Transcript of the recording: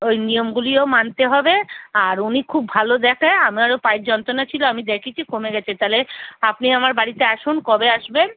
ওই নিয়মগুলিও মানতে হবে আর উনি খুব ভালো দেখায় আমারও পায়ের যন্তণা ছিলো আমি দেখিয়েছি কমে গেছে তাহলে আপনি আমার বাড়িতে আসুন কবে আসবেন